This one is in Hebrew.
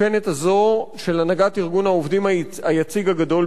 של הנהגת ארגון העובדים היציג הגדול בישראל.